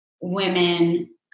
women